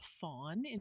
fawn